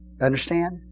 Understand